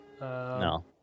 No